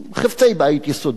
חפצי בית יסודיים,